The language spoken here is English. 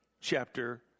chapter